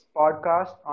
podcast